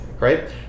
right